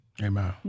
Amen